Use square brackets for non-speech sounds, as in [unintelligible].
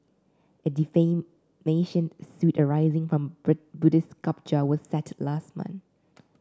a defamation suit arising from [unintelligible] Buddhist sculpture was settle last month